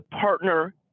partner